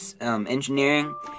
engineering